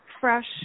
fresh